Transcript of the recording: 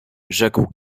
rzekł